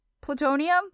Plutonium